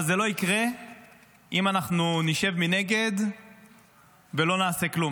אבל זה לא יקרה אם אנחנו נשב מנגד ולא נעשה כלום.